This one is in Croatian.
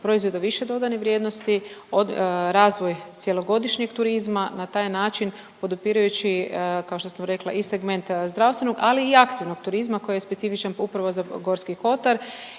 proizvoda više dodane vrijednosti, od razvoj cjelogodišnjeg turizma, na taj način podupirući, kao što sam rekla i segment zdravstvenu, ali i aktivnog turizma koji je specifičan upravo za Gorski kotar